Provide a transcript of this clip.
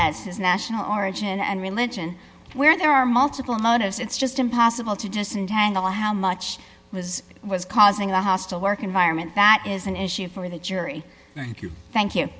as his national origin and religion where there are multiple motives it's just impossible to disentangle how much was it was causing a hostile work environment that is an issue for the jury thank you thank you